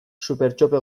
supertxope